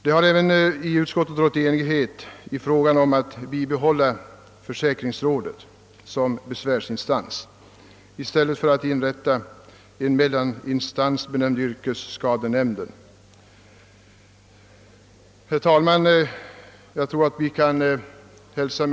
Det har i utskottet också rått enighet om att bibehålla försäkringsrådet som besvärsinstans i stället för att inrätta en mellaninstans benämnd yrkesskadenämnden.